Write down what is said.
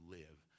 live